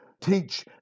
teach